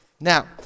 Now